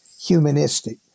humanistic